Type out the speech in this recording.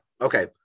okay